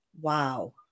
Wow